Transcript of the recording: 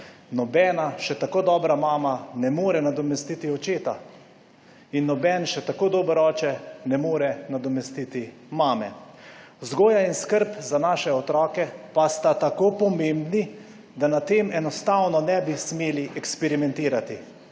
Nobena še tako dobra mama ne more nadomestiti očeta in noben še tako dober oče ne more nadomestiti mame. Vzgoja in skrb za naše otroke pa sta tako pomembni, da na tem enostavno ne bi smeli eksperimentirati